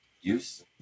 use